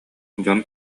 дьон